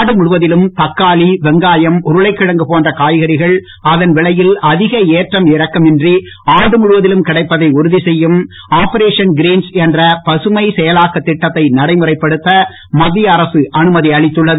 நாடு முழுவதிலும் தக்காளி வெங்காயம் உருளைகிழங்கு போன்ற காய்கறிகள் அதன் விலையில் அதிக ஏற்ற இறக்கம் இன்றி ஆண்டு முழுவதிலும் கிடைப்பதை உறுதி செய்யும் ஆபரேஷன் கின்ரீஸ் என்ற பசுமை செயலாக்கத் திட்டத்தை நடைமுறைப்படுத்த மத்திய அரக அனுமதி அளித்துள்ளது